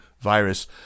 virus